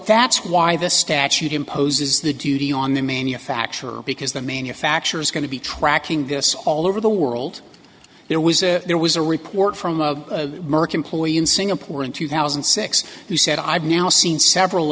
that's why the statute imposes the duty on the manufacturer because the manufacturer is going to be tracking this all over the world there was a there was a report from a merck employee in singapore in two thousand and six who said i've now seen several